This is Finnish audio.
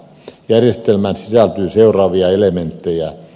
järjestelmään sisältyy seuraavia elementtejä